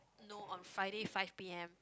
know on Friday five P_M